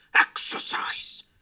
exercise